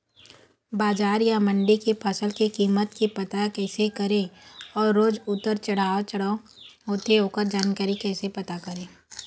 बजार या मंडी के फसल के कीमत के पता कैसे करें अऊ रोज उतर चढ़व चढ़व होथे ओकर जानकारी कैसे पता करें?